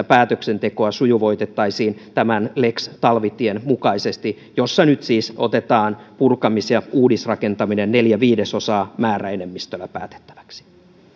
päätöksentekoa sujuvoitettaisiin tämän lex talvitien mukaisesti jossa nyt siis otetaan purkamis ja uudisrakentaminen neljän viidesosan määräenemmistöllä päätettäväksi